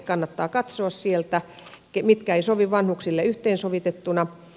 kannattaa katsoa sieltä mitkä eivät sovi vanhuksille yhteensovitettuna